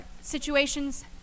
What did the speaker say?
situations